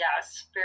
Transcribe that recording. yes